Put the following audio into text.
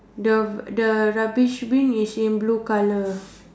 the the rubbish bin is in blue colour